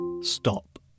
stop